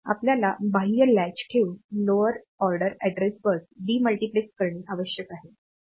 आपल्याला बाह्य लॅच ठेवून lower order address bus demultiplex करणे आवश्यक आहे